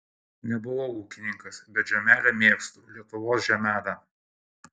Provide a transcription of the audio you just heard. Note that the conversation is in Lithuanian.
nebuvau ūkininkas bet žemelę mėgstu lietuvos žemelę